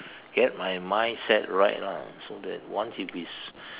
get my mindset right lah so that once if it's